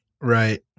Right